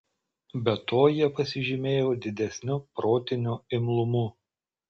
be to jie pasižymėjo didesniu protiniu imlumu